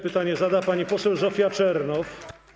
Pytanie zada pani poseł Zofia Czernow.